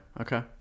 Okay